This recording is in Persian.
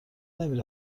نمی